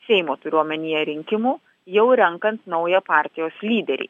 seimo turiu omenyje rinkimų jau renkant naują partijos lyderį